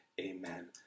amen